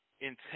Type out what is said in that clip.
intent